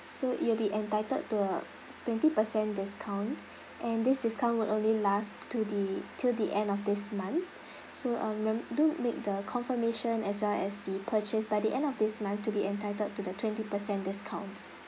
so you'll be entitled to a twenty percent discount and this discount will only last to the till the end of this month so um do make the confirmation as well as the purchase by the end of this month to be entitled to the twenty percent discount